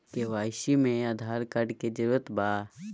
KYC में Aadhaar card के जरूरत बा?